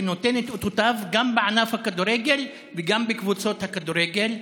שנותן את אותותיו גם בענף הכדורגל וגם בקבוצות הכדורגל,